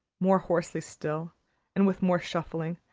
more hoarsely still and with more shuffling,